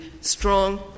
strong